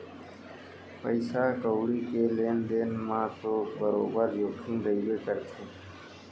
पइसा कउड़ी के लेन देन म तो बरोबर जोखिम रइबे करथे